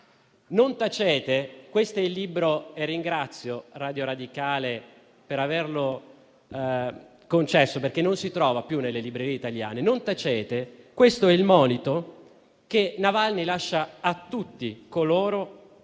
«Non tacete!» è il titolo del libro di Navalny e ringrazio Radio Radicale per averlo concesso, perché non si trova più nelle librerie italiane. Non tacete: è il monito che Navalny lascia a tutti coloro